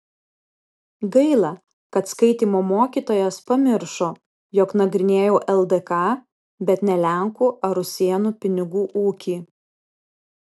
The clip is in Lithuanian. gaila kad skaitymo mokytojas pamiršo jog nagrinėjau ldk bet ne lenkų ar rusėnų pinigų ūkį